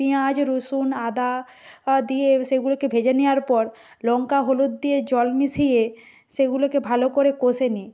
পেঁয়াজ রসুন আদা দিয়ে সেগুলোকে ভেজে নেওয়ার পর লঙ্কা হলুদ দিয়ে জল মিশিয়ে সেগুলোকে ভালো করে কষে নিই